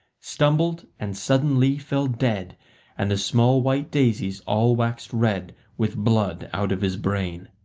stumbled and suddenly fell dead and the small white daisies all waxed red with blood out of his brain.